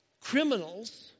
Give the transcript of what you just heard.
Criminals